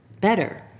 better